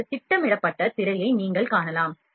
அல்லது திட்டமிடப்பட்ட திரையை நீங்கள் காணலாம்